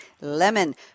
lemon